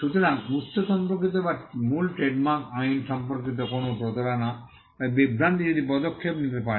সুতরাং উত্স সম্পর্কিত বা মূল ট্রেডমার্ক আইন সম্পর্কিত কোনও প্রতারণা বা বিভ্রান্তি যদি পদক্ষেপ নিতে পারে